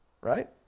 right